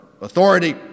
authority